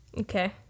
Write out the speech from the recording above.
okay